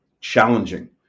challenging